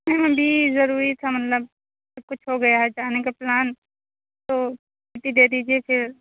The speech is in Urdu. بھی ضروری تھا مطلب کچھ ہو گیا ہے جانے کا پلان تو چُھٹّی دے دیجیے پھر